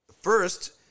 first